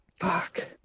fuck